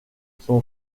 son